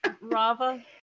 Rava